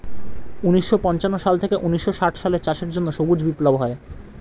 ঊন্নিশো পঞ্চাশ সাল থেকে ঊন্নিশো ষাট সালে চাষের জন্য সবুজ বিপ্লব হয়